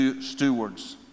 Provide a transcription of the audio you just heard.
stewards